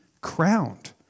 crowned